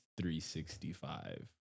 365